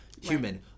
human